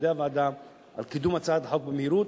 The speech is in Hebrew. ולעובדי הוועדה על קידום הצעת החוק במהירות.